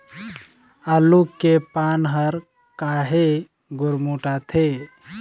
आलू के पान हर काहे गुरमुटाथे?